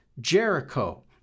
Jericho